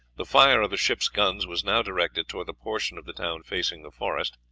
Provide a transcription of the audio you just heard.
the fire of the ship's guns was now directed towards the portion of the town facing the forest,